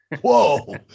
whoa